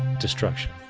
destruction.